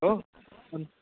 हो अनि